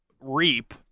reap